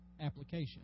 application